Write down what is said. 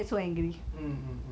make sense make sense